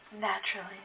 Naturally